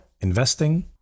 investing